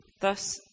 thus